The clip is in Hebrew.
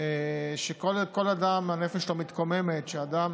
שכל אדם, הנפש שלו מתקוממת שאדם